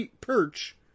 Perch